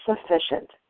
sufficient